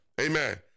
Amen